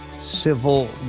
civil